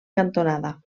cantonada